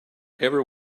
ever